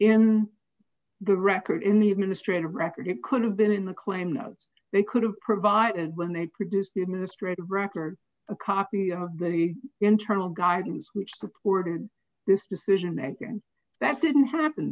in the record in the administrative record it could have been in the claim notes they could have provided when they produced the administrative record a copy of a very internal guidance which supported this decision and that didn't happen